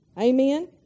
Amen